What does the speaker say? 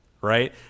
right